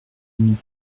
mis